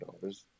dollars